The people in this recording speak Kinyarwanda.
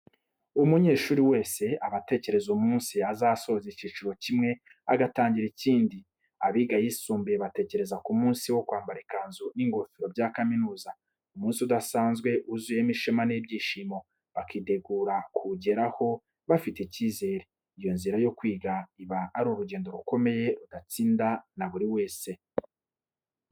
Umunyeshuri wese aba atekereza umunsi azasoza icyiciro kimwe agatangira ikindi. Abiga ayisumbuye batekereza ku munsi wo kwambara ikanzu n’ingofero bya kaminuza, umunsi udasanzwe wuzuyemo ishema n’ibyishimo, bakitegura kuwugeraho bafite icyizere. Iyo nzira yo kwiga iba ari urugendo rukomeye rudatsinda na buri wese.